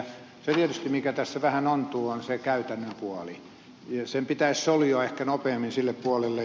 se tietysti mikä tässä vähän ontuu on se käytännön puoli sen pitäisi soljua ehkä nopeammin sille puolelle